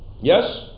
Yes